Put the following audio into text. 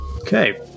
Okay